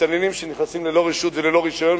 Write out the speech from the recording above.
מסתננים שנכנסים ללא רשות וללא רשיון,